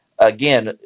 Again